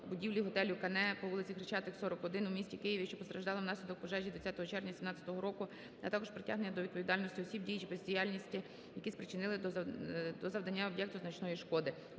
будівлі "Готелю "Кане" по вул. Хрещатик, 40/1 у місті Києві, що постраждала внаслідок пожежі 20 червня 2017 року, а також притягнення до відповідальності осіб, дії чи бездіяльність яких спричинили до завдання об'єкту значної шкоди.